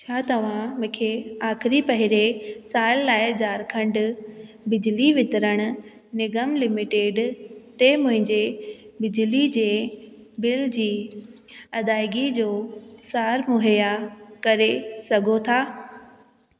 छा तव्हां मूंखे आख़िरी पहिरें साल लाइ झारखंड बिजली वितरण निगम लिमिटेड ते मुंहिंजे बिजली जे बिल जी अदायगी जो सार मुहैया करे सघो था